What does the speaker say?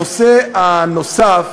הנושא הנוסף